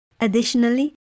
Additionally